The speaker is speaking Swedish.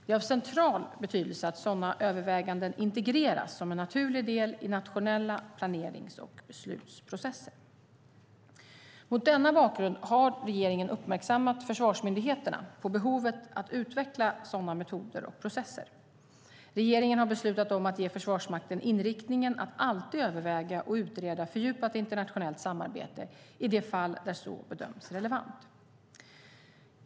Det är av central betydelse att sådana överväganden integreras som en naturlig del i nationella planerings och beslutsprocesser. Mot denna bakgrund har regeringen uppmärksammat försvarsmyndigheterna på behovet av att utveckla sådana metoder och processer. Regeringen har beslutat om att ge Försvarsmakten inriktningen att alltid överväga och utreda fördjupat internationellt samarbete i de fall där så bedöms relevant.